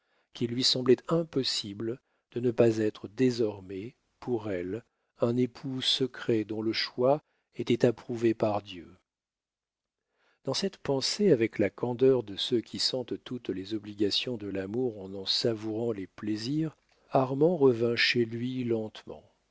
qu'il lui semblait impossible de ne pas être désormais pour elle un époux secret dont le choix était approuvé par dieu dans cette pensée avec la candeur de ceux qui sentent toutes les obligations de l'amour en en savourant les plaisirs armand revint chez lui lentement